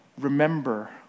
Remember